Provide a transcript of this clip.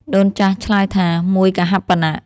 ដូនចាស់ឆ្លើយថា “មួយកហាបណៈ”។